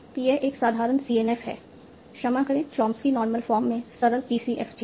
तो यह एक साधारण CNF है क्षमा करें चॉम्स्की नॉर्मल फॉर्म में सरल PCFG है